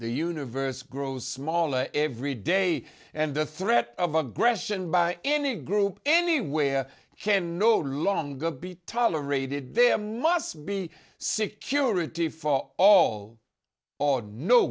the universe grows smaller every day and the threat of aggression by any group anywhere can no longer be tolerated there must be security for all or no